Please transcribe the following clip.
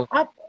up